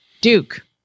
Duke